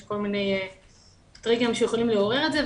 יש כל מיני טריגרים שיכולים לעורר את זה,